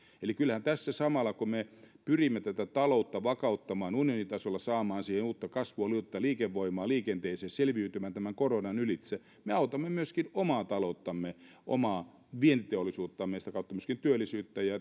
eli kyllähän tässä samalla kun me me pyrimme taloutta vakauttamaan unionin tasolla saamaan siihen uutta kasvua uutta liikevoimaa liikenteeseen selviytymään tämän koronan ylitse me autamme myöskin omaa talouttamme omaa vientiteollisuuttamme ja sitä kautta myöskin työllisyyttä ja